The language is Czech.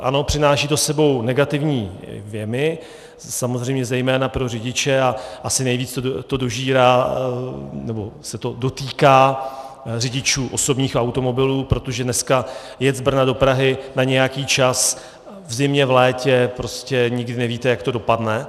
Ano, přináší to s sebou negativní vjemy, samozřejmě zejména pro řidiče, a asi nejvíc to dožírá, nebo se to dotýká řidičů osobních automobilů, protože dneska je z Brna do Prahy na nějaký čas v zimě, v létě prostě nikdy nevíte, jak to dopadne.